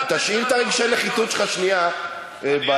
תשאיר את רגשי הנחיתות שלך שנייה בצד.